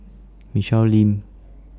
Michelle Lim